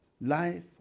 Life